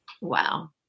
Wow